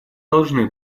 должны